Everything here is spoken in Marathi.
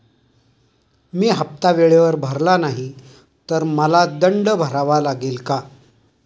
मी हफ्ता वेळेवर भरला नाही तर मला दंड भरावा लागेल का?